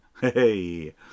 hey